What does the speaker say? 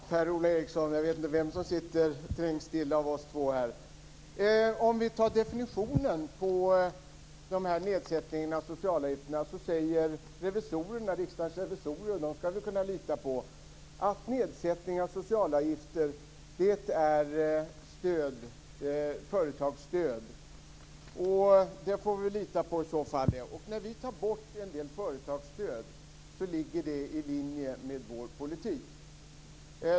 Herr talman! Per Ola Eriksson, jag vet inte vem som sitter trängst till av oss två här. När det gäller definitionen av sänkningen av socialavgifterna säger Riksdagens revisorer - och dem skall vi kunna lita på - att sänkning av socialavgifter är ett företagsstöd. När vi tar bort en del företagsstöd, ligger det i linje med vår politik.